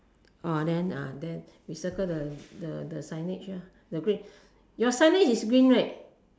ah then ah that we circle the the the signage ah your signage is green right